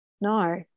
No